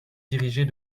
diriger